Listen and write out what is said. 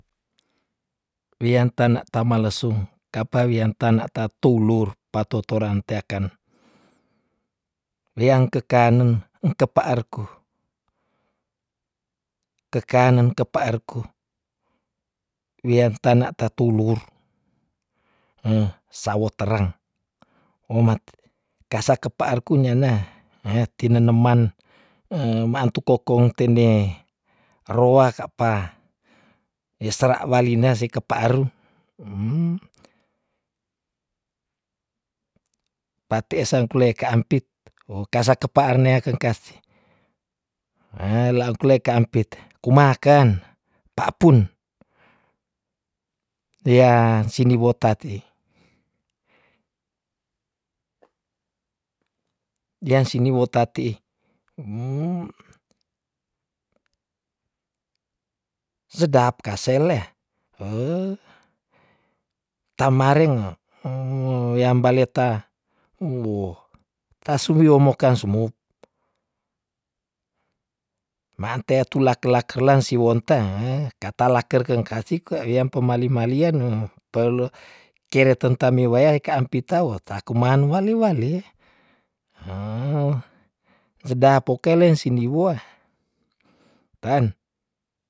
Wian tane tamalesum kapa wian tane tatoulour pato torang teaken, weang kekanen engke paarku, kekanen ke parku wian tana tatoulour sawo terang omate kasa ke paarku nyana nge ti neneman, ma antu kokong tende roa ka apa esra walina sekepa arum pate sang kule ka ampit wo kasa ke paar neakeng kasi, laungku le ka ampit kumaken pa pun, lia sini wotati- dian sini wotati sedap kasele tamareng yambalio ta wuwu tasu mio mokan sumop, maante tula kela kerlang siwonte katala kerkeng kasih kwa wiam pemali malian pele kele tentami waya ka ampi tau ta kuman wali wali, sedap pokeleng sini weh, pen wia sika ampit walina sasea kang kasi pa an meses siwou engke pa an nea tea te mesandar sini wo tawiani we amba linea si apa ar simiong kasi engke ka nen neang ke paar niang sio nea mokan sapang ke paar ta siwon ta nituti "hah" tarmakase.